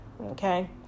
Okay